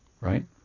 right